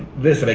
this. like